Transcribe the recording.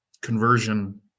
conversion